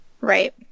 Right